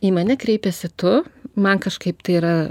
į mane kreipėsi tu man kažkaip tai yra